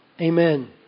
Amen